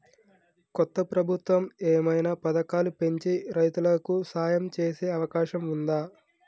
కొత్త ప్రభుత్వం ఏమైనా పథకాలు పెంచి రైతులకు సాయం చేసే అవకాశం ఉందా?